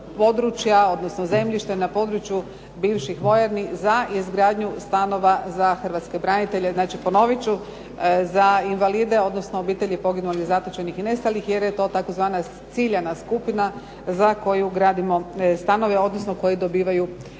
područja odnosno zemljišta na području bivših vojarni za izgradnju stanova za hrvatske branitelje. Znači, ponovit ću za invalide odnosno obitelji poginulih, zatočenih i nestalih jer je to tzv. ciljana skupina za koju gradimo stanove odnosno koji dobivaju kredite.